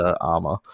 armor